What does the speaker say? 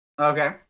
Okay